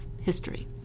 history